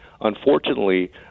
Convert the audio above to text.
Unfortunately